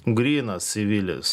grynas civilis